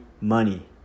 money